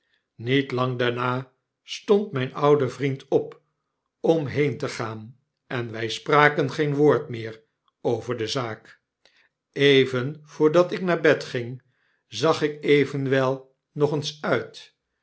met lang daarna stond myn oude vriend op om heen te gaan en wij spraken seen woord meer over de zaak even voordat ik naar bed ging zag ik evenwel nog eens nit